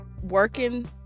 working